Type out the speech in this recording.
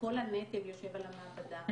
שכל הנטל יושב על המעבדה,